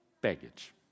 baggage